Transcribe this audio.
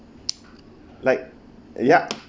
like ya